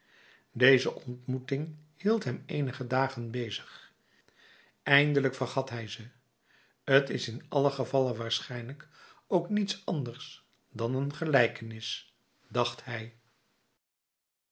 deze ontmoeting hield hem eenige dagen bezig eindelijk vergat hij ze t is in allen gevalle waarschijnlijk ook niets anders dan een gelijkenis dacht hij